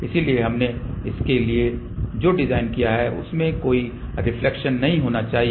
इसलिए हमने इसके लिए जो डिजाइन किया है उसमें कोई रिफ्लेक्शन नहीं होना चाहिए